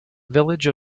village